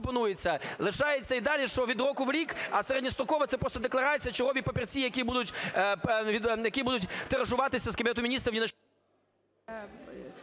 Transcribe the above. лишається і далі, що від року в рік. А середньострокове – це просто декларація, чергові папірці, які будуть тиражуватися з Кабінету Міністрів…